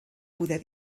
poder